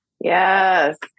Yes